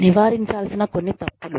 నివారించాల్సిన కొన్ని తప్పులు